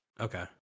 okay